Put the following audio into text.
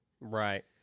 Right